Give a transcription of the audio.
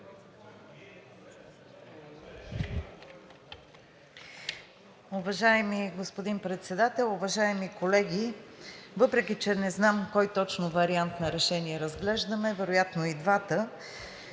Въпреки че не знам кой точно вариант на решение разглеждаме – вероятно и двата,